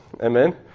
Amen